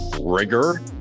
rigor